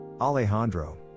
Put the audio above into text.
Alejandro